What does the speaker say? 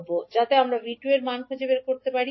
যাতে আমরা 𝐕2 এর মান খুঁজে পেতে পারি